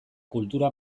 kultura